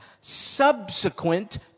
subsequent